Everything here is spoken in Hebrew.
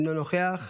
אינו נוכח,